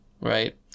right